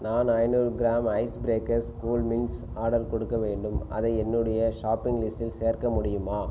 நான் ஐநூறு கிராம் ஐஸ் ப்ரேக்கர்ஸ் கூல்மின்ஸ் ஆர்டர் கொடுக்க வேண்டும் அதை என்னுடைய ஷாப்பிங் லிஸ்டில் சேர்க்க முடியுமா